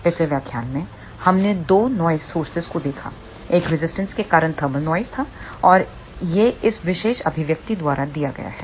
पिछले व्याख्यान में हमने दो नॉइस स्रोतों को देखा एक रेजिस्टेंस के कारण थर्मल नॉइस था और यह इस विशेष अभिव्यक्ति द्वारा दिया गया है